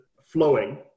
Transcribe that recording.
flowing